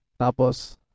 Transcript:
Tapos